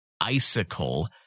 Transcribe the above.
Icicle